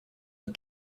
had